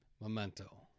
Memento